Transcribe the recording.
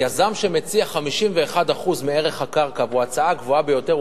יזם שמציע 51% מערך הקרקע והוא בעל ההצעה הגבוהה ביותר,